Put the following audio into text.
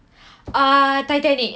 ah titanic